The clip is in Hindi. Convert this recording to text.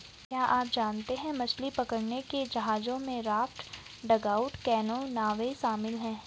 क्या आप जानते है मछली पकड़ने के जहाजों में राफ्ट, डगआउट कैनो, नावें शामिल है?